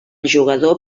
jugador